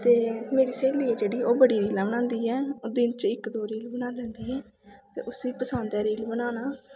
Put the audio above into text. ते मेरी स्हेली ऐ जेह्ड़ी ओह् बड़ी रीलां बनांदी ऐ दिन च इक दो रील बनाई लैंदी ऐ ते उस्सी पसंद ऐ रील बनाना